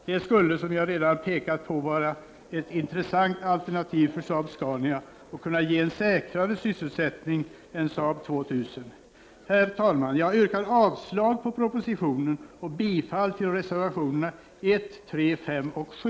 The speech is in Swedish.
Det skulle som jag redan pekat på kunna vara ett intressant alternativ för Saab-Scania och skulle ge säkrare sysselsättning än Saab 2000. Herr talman! Jag yrkar avslag på propositionen och bifall till reservationerna 1, 3, 5 och 7.